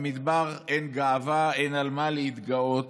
במדבר אין גאווה, אין על מה להתגאות,